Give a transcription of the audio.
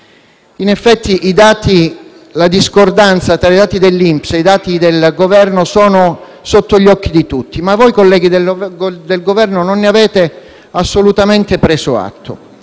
In effetti, la discordanza tra i dati dell'INPS e quelli del Governo sono sotto gli occhi di tutti, ma voi, colleghi del Governo, non ne avete assolutamente preso atto.